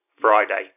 Friday